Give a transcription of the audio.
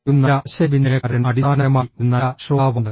ഒരു നല്ല ആശയവിനിമയക്കാരൻ അടിസ്ഥാനപരമായി ഒരു നല്ല ശ്രോതാവാണ്